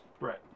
Right